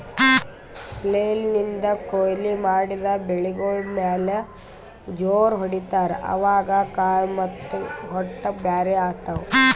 flail ನಿಂದ್ ಕೊಯ್ಲಿ ಮಾಡಿದ್ ಬೆಳಿಗೋಳ್ ಮ್ಯಾಲ್ ಜೋರ್ ಹೊಡಿತಾರ್, ಅವಾಗ್ ಕಾಳ್ ಮತ್ತ್ ಹೊಟ್ಟ ಬ್ಯಾರ್ ಆತವ್